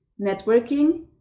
networking